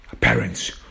parents